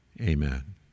amen